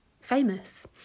famous